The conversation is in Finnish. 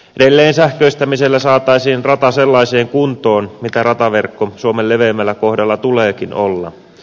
edelleen sähköistämisellä saataisiin rata sellaiseen kuntoon mitä rataverkon suomen leveimmällä kohdalla tuleekin olla